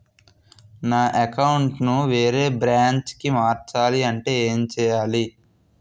నా అకౌంట్ ను వేరే బ్రాంచ్ కి మార్చాలి అంటే ఎం చేయాలి?